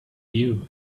you